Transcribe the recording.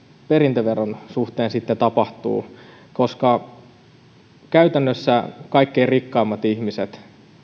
perintöveron suhteen sitten tapahtuu käytännössä kaikkein rikkaimmat ihmiset